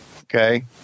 okay